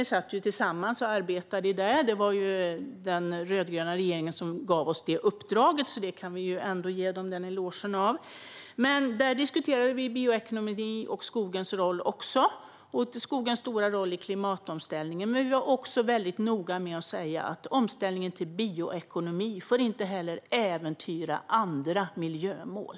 Vi satt tillsammans och arbetade där. Det var den rödgröna regeringen som gav oss det uppdraget, och det kan vi ge dem en eloge för. Där diskuterade vi bland annat bioekonomi och skogens stora roll i klimatomställningen. Men vi var också väldigt noga med att säga att omställningen till bioekonomi inte får äventyra andra miljömål.